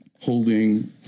holding